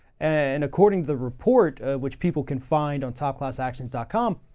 and according to the report which people can find on topclassactions ah com,